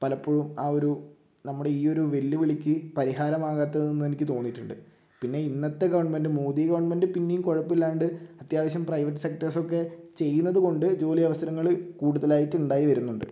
പലപ്പോഴും ആ ഒരു നമ്മുടെ ഈ ഒരു വെല്ലുവിളിക്ക് പരിഹാരമാകാത്തതെന്ന് എനിക്ക് തോന്നിയിട്ടുണ്ട് പിന്നെ ഇന്നത്തെ ഗവൺമെൻ്റ് മോഡി ഗവൺമെൻ്റ് പിന്നെയും കുഴപ്പം ഇല്ലാണ്ട് അത്യാവശ്യം പ്രൈവറ്റ് സെക്ടേഴ്സൊക്കെ ചെയ്യുന്നത് കൊണ്ട് ജോലി അവസരങ്ങൾ കൂടുതലായിട്ട് ഉണ്ടായി വരുന്നുണ്ട്